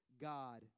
God